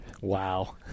Wow